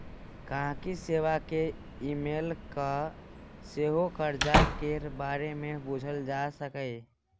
गांहिकी सेबा केँ इमेल कए सेहो करजा केर बारे मे बुझल जा सकैए